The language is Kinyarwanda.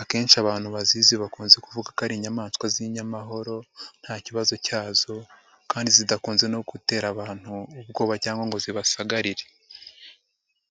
akenshi abantu bazizi bakunze kuvuga ko ari inyamaswa z'inyamahoro nta kibazo cyazo kandi zidakunze no gutera abantu ubwoba cyangwa ngo zibasagarire.